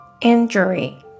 injury